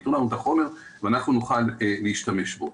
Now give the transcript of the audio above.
שייתנו לנו את החומר ואנחנו נוכל להשתמש בו.